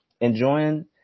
Enjoying